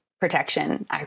protection